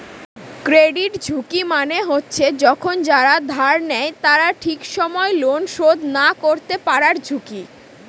credit ঝুঁকি মানে হচ্ছে যখন যারা ধার নেয় তারা ঠিক সময় লোন শোধ না করতে পারার ঝুঁকি